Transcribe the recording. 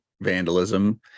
vandalism